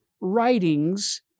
writings